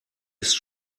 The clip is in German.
ist